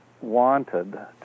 wanted